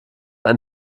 ein